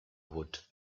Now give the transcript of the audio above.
would